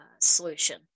solution